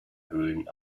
höhlen